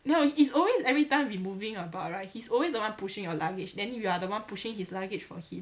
no it's always every time we moving about right he's always the one pushing your luggage then you are the one pushing his luggage for him